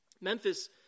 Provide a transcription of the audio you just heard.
Memphis